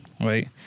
Right